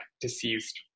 deceased